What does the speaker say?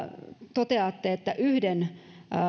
toteatte että yhden